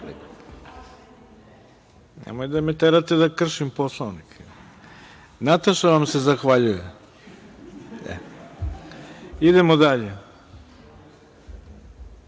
Nemojte da me terate da kršim Poslovnik. Nataša vam se zahvaljuje. Idemo dalje. Nataša